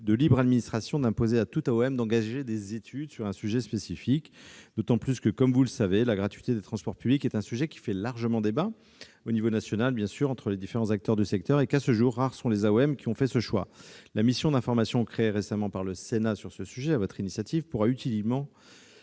de libre administration d'imposer à toute AOM d'engager des études sur un sujet spécifique, d'autant plus que, comme vous le savez, la gratuité des transports publics est un sujet qui fait largement débat au niveau national entre les différents acteurs du secteur. À ce jour, rares sont les AOM qui ont fait ce choix. La mission d'information créée récemment dans le cadre de l'exercice de son « droit